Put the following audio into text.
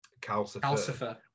Calcifer